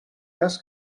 cas